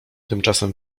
tymczasem